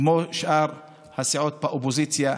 כמו שאר הסיעות באופוזיציה.